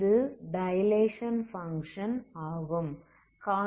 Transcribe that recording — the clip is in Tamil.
இது டைலேசன் பங்க்ஷன் ஆகும்